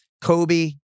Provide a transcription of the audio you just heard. Kobe